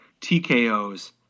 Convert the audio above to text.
TKOs